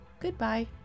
Goodbye